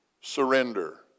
surrender